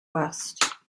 west